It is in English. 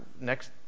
next